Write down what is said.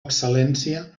excel·lència